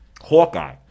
hawkeye